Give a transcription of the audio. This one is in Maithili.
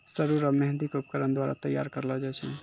सरु रो मेंहदी के उपकरण द्वारा तैयार करलो जाय छै